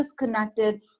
disconnected